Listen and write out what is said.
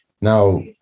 now